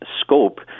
scope